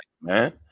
man